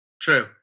True